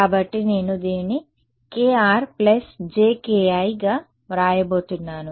కాబట్టి నేను దీనిని k r jki గా వ్రాయబోతున్నాను